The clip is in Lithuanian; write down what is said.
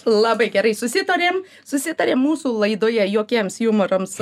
labai gerai susitariam susitarėm mūsų laidoje jokiems jumorams